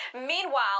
Meanwhile